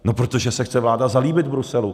No protože se chce vláda zalíbit Bruselu.